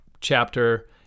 chapter